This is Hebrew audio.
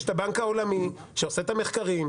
יש את הבנק העולמי שעושה את המחקרים,